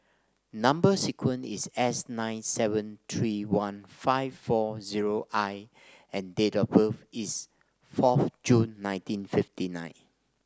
number sequence is S nine seven three one five four zero I and date of birth is fourth June nineteen fifty nine